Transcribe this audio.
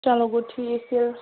چلو گوٚو ٹھیٖک تیٚلہِ